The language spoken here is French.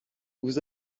vous